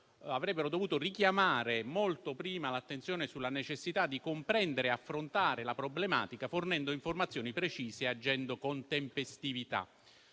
avrebbero dovuto richiamare molto prima l'attenzione sulla necessità di comprendere e affrontare la problematica, fornendo informazioni precise e agendo con tempestività.